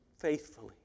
faithfully